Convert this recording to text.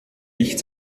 nicht